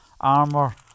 armor